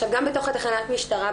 גם בתוך תחנת המשטרה,